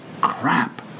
crap